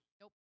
Nope